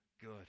good